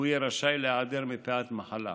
והוא יהיה רשאי להיעדר מפאת מחלה.